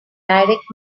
direct